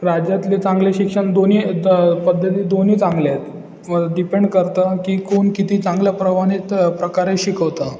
राज्यातले चांगले शिक्षण दोन्ही द पद्धती दोन्ही चांगल्या आहेत डिपेंड करतं की कोण किती चांगल्या प्रमाणे त प्रकारे शिकवतं